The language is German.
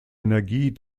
energie